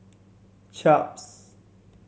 chaps